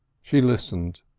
she listened,